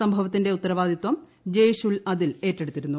സംഭവത്തിന്റെ ഉത്തരവാദിത്തം ജയ്ഷ് ഉൽ അദിൽ ഏറ്റെടുത്തിരുന്നു